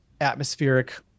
atmospheric